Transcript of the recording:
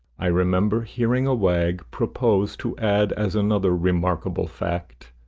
i remember hearing a wag propose to add as another remarkable fact,